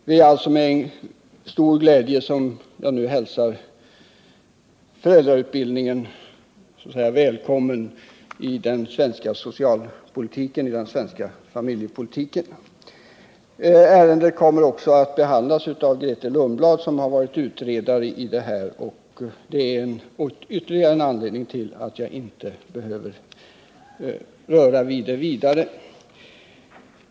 Det är alltså med stor glädje jag hälsar föräldrautbildningen välkommen i den svenska familjepolitiken. Ärendet kommer också att behandlas av Grethe Lundblad, som varit utredare. Det är ytterligare en anledning till att jag inte behöver beröra ärendet vidare.